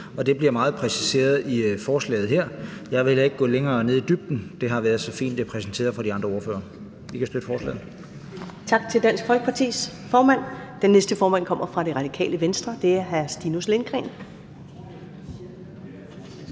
det bliver meget præciseret i forslaget her. Jeg vil heller ikke gå længere ned i dybden. Det har været så fint præsenteret fra de andre ordføreres side. Vi kan støtte forslaget.